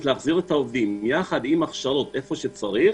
להחזיר את העובדים יחד עם הכשרות איפה שצריך,